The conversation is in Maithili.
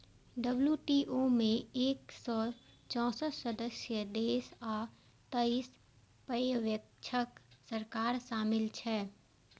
डब्ल्यू.टी.ओ मे एक सय चौंसठ सदस्य देश आ तेइस पर्यवेक्षक सरकार शामिल छै